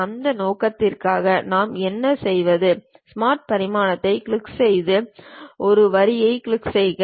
அந்த நோக்கத்திற்காக நாம் என்ன செய்வது ஸ்மார்ட் பரிமாணத்தைக் கிளிக் செய்து இந்த வரியைக் கிளிக் செய்க